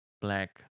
black